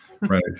right